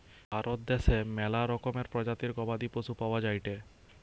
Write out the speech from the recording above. ভারত দ্যাশে ম্যালা রকমের প্রজাতির গবাদি পশু পাওয়া যায়টে